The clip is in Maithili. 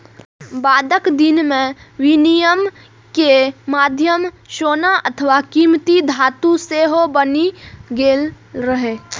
बादक दिन मे विनिमय के माध्यम सोना अथवा कीमती धातु सेहो बनि गेल रहै